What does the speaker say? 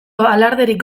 alarderik